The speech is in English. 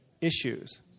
issues